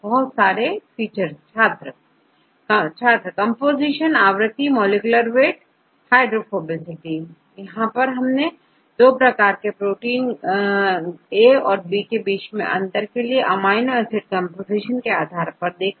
छात्र बहुत सारे फीचर छात्र कंपोजीशन आवृत्ति मॉलिक्यूलर वेट हाइड्रोफोबिसिटी यहां हमने एक उदाहरण दो प्रकार के प्रोटीन A औरB ग्रुप के बीच में अंतर अमीनो एसिड कंपोजीशन के आधार पर देखा